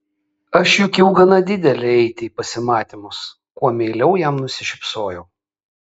aš juk jau gana didelė eiti į pasimatymus kuo meiliau jam nusišypsojau